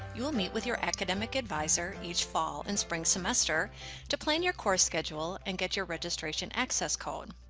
you'll meet with your academic advisor each fall and spring semester to plan your course schedule and get your registration access code.